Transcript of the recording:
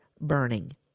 burning